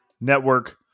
Network